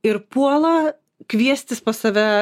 ir puola kviestis pas save